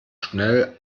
schnell